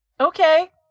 Okay